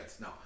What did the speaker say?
No